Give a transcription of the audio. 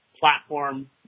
platform